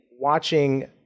watching